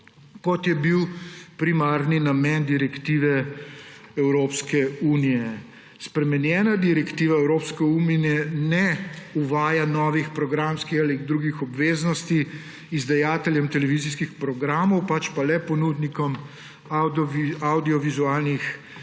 kot je bil primarni namen direktive Evropske unije. Spremenjena direktiva Evropske unije ne uvaja novih programskih ali drugih obveznosti izdajateljem televizijskih programov, pač pa le ponudnikom avdiovizualnih